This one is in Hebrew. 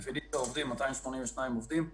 ב"פניציה" עובדים 282 עובדים.